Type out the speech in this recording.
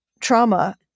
trauma